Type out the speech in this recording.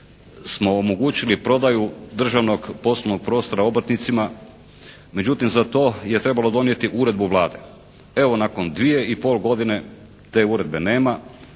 smo omogućili prodaju državnog poslovnog prostora obrtnicima. Međutim za to je trebalo donijeti uredbu Vlade. Evo nakon dvije i pol godine te uredbe nema